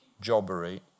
jobbery